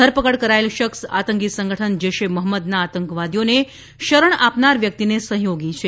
ધરપકડ કરાયેલ શખ્સ આતંકી સંગઠન જૈશ એ મહમ્મદના આતંકવાદીઓને શરણ આપનાર વ્યક્તિને સહયોગી છે